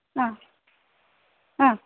हा हा